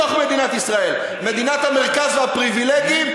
בתוך מדינת ישראל: מדינת המרכז והפריבילגים,